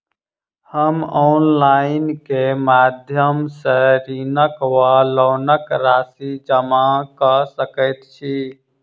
हम ऑनलाइन केँ माध्यम सँ ऋणक वा लोनक राशि जमा कऽ सकैत छी?